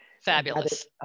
Fabulous